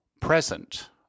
present